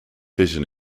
vision